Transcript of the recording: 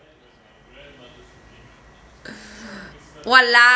!walao!